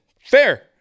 Fair